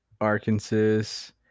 Arkansas